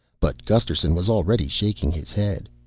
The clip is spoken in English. but gusterson was already shaking his head.